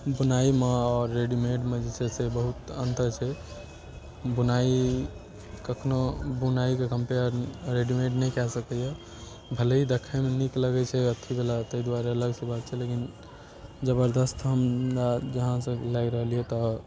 बुनाइमे आओर रेडीमेडमे जे छै से बहुत अन्तर छै बुनाइ कखनहु बुनाइके कम्पेयर रेडीमेड नहि कए सकैए भले ही देखयमे नीक लगै छै अथिवला ताहि दुआरे अलगसँ बात छै लेकिन जबरदस्त हमरा जहाँसँ लागि रहल यए तऽ